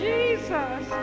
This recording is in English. Jesus